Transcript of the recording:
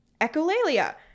echolalia